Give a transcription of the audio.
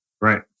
right